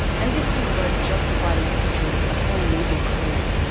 and this was both justified and perpetuated with a whole legal code.